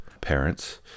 parents